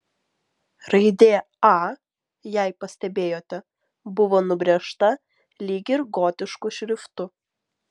raidė a jei pastebėjote buvo nubrėžta lyg ir gotišku šriftu